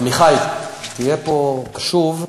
עמיחי, תהיה פה קשוב,